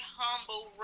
humble